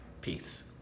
Peace